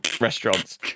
restaurants